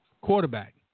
quarterback